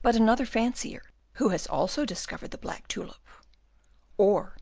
but another fancier, who has also discovered the black tulip or